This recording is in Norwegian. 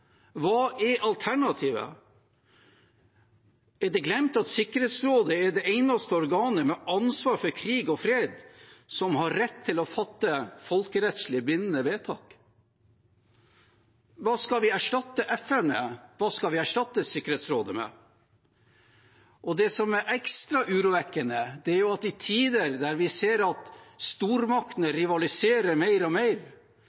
Hva er alternativet? Er det glemt at Sikkhetsrådet er det eneste organet med ansvar for krig og fred, som har rett til å fatte folkerettslig bindende vedtak? Hva skal vi erstatte FN med? Hva skal vi erstatte Sikkerhetsrådet med? Det som er ekstra urovekkende, er at i tider der vi ser at stormaktene rivaliserer mer og mer,